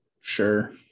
Sure